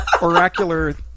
oracular